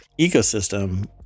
ecosystem